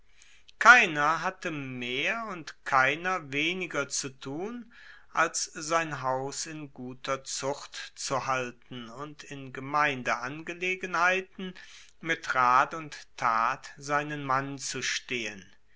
keiner hatte mehr und keiner weniger zu tun als sein haus in guter zucht zu halten und in gemeideangelegenheiten mit tat und rat seinen mann zu stehen